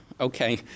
okay